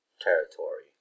territory